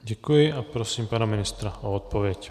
Děkuji a prosím pana ministra o odpověď.